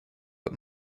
but